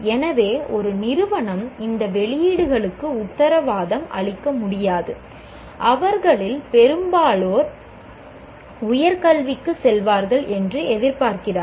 எனவே ஒரு நிறுவனம் இந்த வெளியீடுகளுக்கு உத்தரவாதம் அளிக்க முடியாது அவர்களில் பெரும்பாலோர் உயர் கல்விக்கு செல்வார்கள் என்று எதிர்பார்க்கிறார்கள்